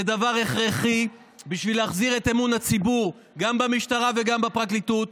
זה דבר הכרחי בשביל להחזיר את אמון הציבור גם במשטרה וגם בפרקליטות.